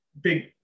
big